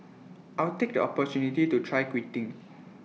I'll take the opportunity to try quitting